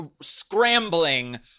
scrambling